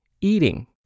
eating